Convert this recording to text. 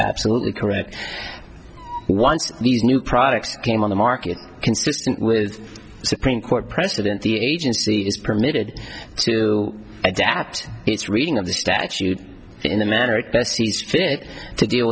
absolutely correct once these new products came on the market consistent with supreme court precedent the agency is permitted to adapt its reading of the statute in america sees fit to deal